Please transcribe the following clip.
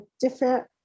different